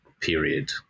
period